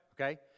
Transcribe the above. Okay